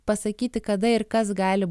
pasakyti kada ir kas gali